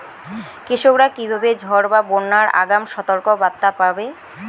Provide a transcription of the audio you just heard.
কৃষকেরা কীভাবে ঝড় বা বন্যার আগাম সতর্ক বার্তা পাবে?